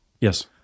Yes